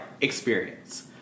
experience